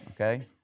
Okay